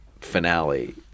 finale